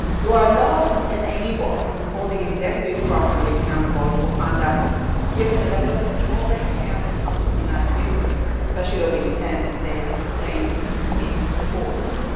do our laws enable holding executives property accountable for conduct given the level of control they have and how much deniability, especially of intent they can claim in court?